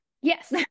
yes